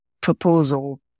proposal